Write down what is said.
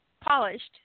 polished